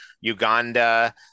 Uganda